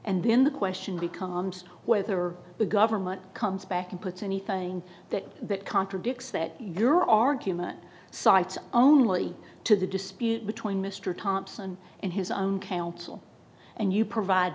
and then the question becomes whether the government comes back and puts anything that contradicts that your argument cites only to the dispute between mr thompson and his own counsel and you provide